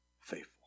faithful